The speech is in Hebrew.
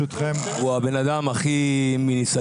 הוא הבן אדם עם הכי ניסיון,